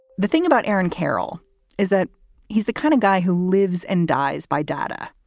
the thing about aaron carroll is that he's the kind of guy who lives and dies by data,